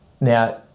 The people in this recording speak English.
Now